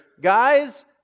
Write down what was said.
guys